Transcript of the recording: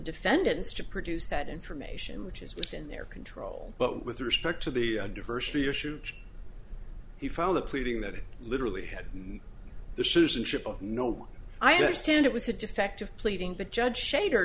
defendants to produce that information which is within their control but with respect to the diversity or shoot he found the pleading that it literally had the citizenship of no i understand it was a defective pleading but judge shade